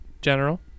General